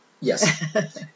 Yes